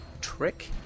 trick